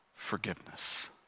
forgiveness